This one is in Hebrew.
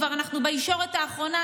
כבר אנחנו בישורת האחרונה,